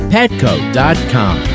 Petco.com